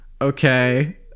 Okay